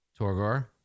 Torgor